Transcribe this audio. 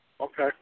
Okay